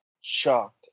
shocked